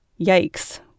Yikes